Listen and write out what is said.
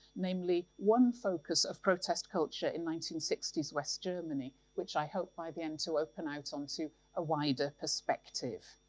namely one focus of protest culture in nineteen sixty s west germany, which i hope by the end to open out onto a wider perspective.